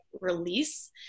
release